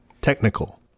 technical